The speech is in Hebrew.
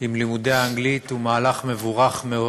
עם לימודי האנגלית הוא מהלך מבורך מאוד.